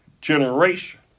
generation